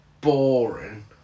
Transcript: boring